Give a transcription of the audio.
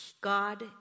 God